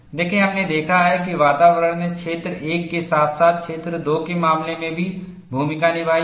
देखें हमने देखा है कि वातावरण ने क्षेत्र 1 के साथ साथ क्षेत्र 2 के मामले में भी भूमिका निभाई है